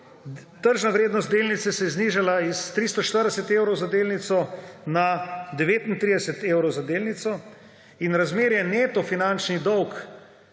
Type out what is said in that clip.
tržna vrednost delnice se je znižala s 340 evrov za delnico na 39 evrov za delnico in razmerje neto finančni dolg